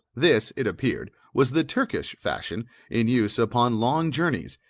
this, it appeared, was the turkish fashion in use upon long journeys,